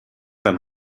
tan